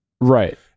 Right